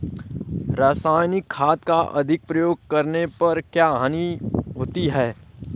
रासायनिक खाद का अधिक प्रयोग करने पर क्या हानि होती है?